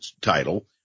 title